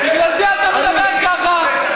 בגלל זה אתה מדבר ככה.